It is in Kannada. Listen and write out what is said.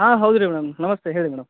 ಹಾಂ ಹೌದು ರಿ ಮೇಡಮ್ ನಮಸ್ತೆ ಹೇಳಿ ಮೇಡಮ್